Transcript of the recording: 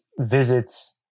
visits